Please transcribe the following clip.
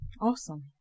Awesome